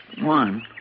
one